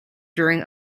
during